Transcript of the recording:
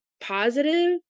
positive